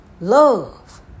love